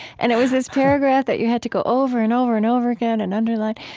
and it was this paragraph that you had to go over and over and over again and underline.